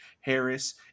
Harris